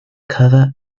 cover